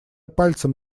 пальцем